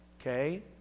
Okay